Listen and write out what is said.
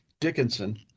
dickinson